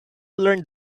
learn